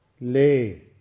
lay